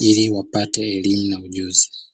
ili wapate elimu na ujuzi.